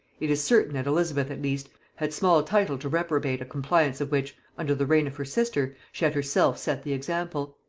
it is certain that elizabeth at least had small title to reprobate a compliance of which, under the reign of her sister, she had herself set the example.